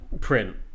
print